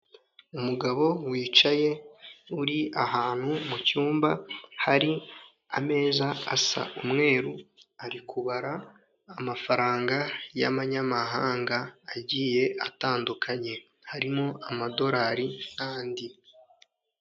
Umugabo wicaye uri ahantu mu cyumba hari ameza asa umweru ari kubara amafaranga y'amanyamahanga agiye atandukanye harimo; amadorari n'andi.